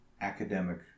academic